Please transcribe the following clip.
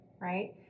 right